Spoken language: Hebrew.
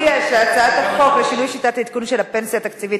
רק נודיע שחוק לשינוי שיטת העדכון של פנסיה תקציבית,